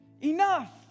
enough